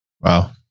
wow